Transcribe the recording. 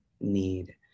need